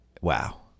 wow